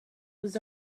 was